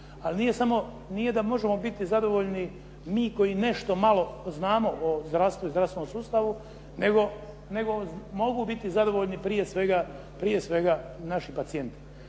Ali nije da možemo biti zadovoljni mi koji nešto malo znamo o zdravstvu i zdravstvenom sustavu nego mogu biti zadovoljni prije svega, prije